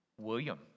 William